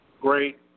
Great